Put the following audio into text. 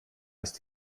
ist